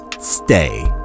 Stay